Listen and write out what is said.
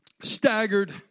staggered